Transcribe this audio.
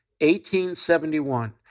1871